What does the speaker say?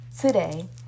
today